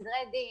שתהיו בריאים.